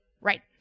Right